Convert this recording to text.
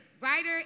writer